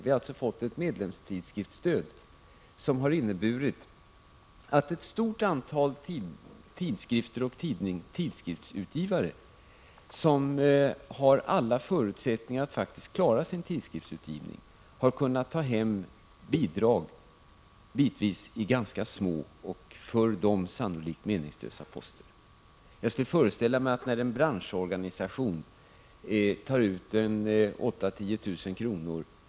Vi har fått ett medlemstidskriftsstöd, vilket har inneburit att ett stort antal tidskrifter och tidskriftsutgivare, som har alla förutsättningar att klara sin tidningsutgivning, har kunnat få bidrag i ibland ganska små och för dem sannolikt meningslösa poster. När en branschorganisation tar ut 8 000-10 000 kr.